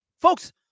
Folks